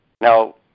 Now